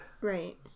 Right